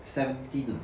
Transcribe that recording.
seventeen ah